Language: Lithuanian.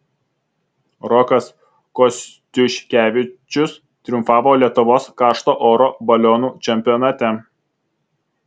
rokas kostiuškevičius triumfavo lietuvos karšto oro balionų čempionate